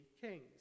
kings